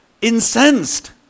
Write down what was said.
incensed